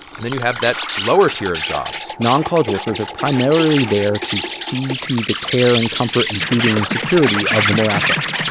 and then you have that lower tier of jobs noncollege workers are primarily there to see to the care and comfort and feeding and security of the more affluent.